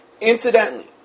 Incidentally